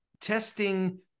testing